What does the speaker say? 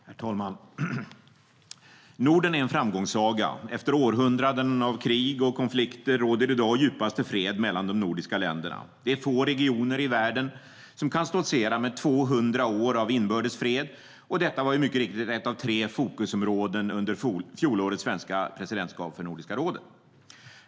Herr talman! Norden är en framgångssaga. Efter århundraden av krig och konflikter råder i dag djupaste fred mellan de nordiska länderna. Det är få regioner i världen som kan stoltsera med 200 år av inbördes fred. Detta var mycket riktigt ett av tre fokusområden under fjolårets svenska presidentskap för Nordiska rådet.